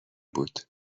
بود